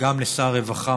גם לשר הרווחה.